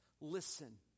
Listen